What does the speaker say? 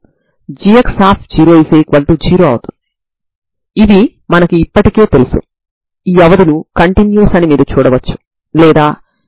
n లు eigen విలువలు మరియు వాటికి అనుగుణంగా Xnxsin nπb a లు ఐగెన్ ఫంక్షన్ లు అవుతాయి సరేనా